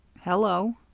hello?